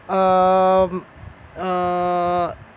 um uh